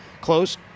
close